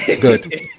Good